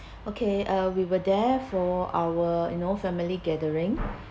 okay uh we were there for our you know family gathering